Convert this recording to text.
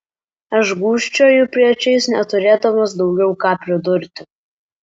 aš gūžčioju pečiais neturėdamas daugiau ką pridurti